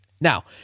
Now